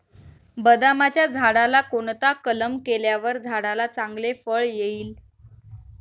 बदामाच्या झाडाला कोणता कलम केल्यावर झाडाला चांगले फळ येईल?